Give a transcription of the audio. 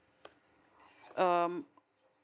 um